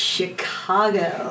Chicago